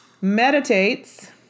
Meditates